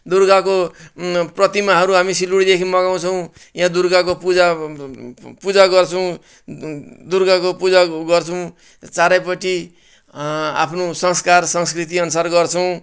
दुर्गाको प्रतिमाहरू हामी सिलगढीदेखि मगाउँछौँ या दुर्गाको पुजा पुजा गर्छौँ दुर्गाको पुजा गर्छौँ चारैपट्टि आफ्नो संस्कार संस्कृतिअनसार गर्छौँ